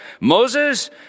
Moses